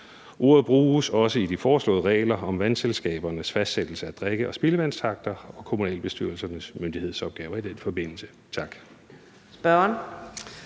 Ordet bruges også i de foreslåede regler om vandselskabernes fastsættelse af drikke- og spildevandstakster og kommunalbestyrelsernes myndighedsopgaver i den forbindelse. Tak.